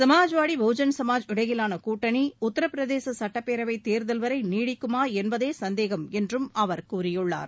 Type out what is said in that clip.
சமாஜ்வாதி பகுஜன் சமாஜ் இடையிலான கூட்டணி உத்தரபிரதேச சட்டப்பேரவைத் தேர்தல் வரை நீடிக்குமா என்பதே சந்தேகம் என்றும் அவர் கூறியுள்ளார்